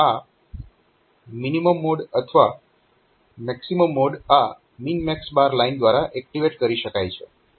તો આ minimum mode અથવા મેક્સીમમ મોડ આ MNMX લાઈન દ્વારા એક્ટીવેટ કરી શકાય છે